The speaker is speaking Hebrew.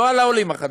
לא על העולים החדשים,